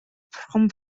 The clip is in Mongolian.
бурхан